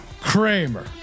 Kramer